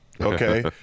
okay